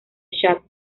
chad